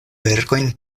verkojn